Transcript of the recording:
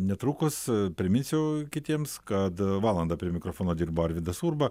netrukus priminsiu kitiems kad valandą prie mikrofono dirbo arvydas urba